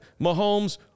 Mahomes